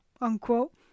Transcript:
unquote